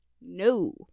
No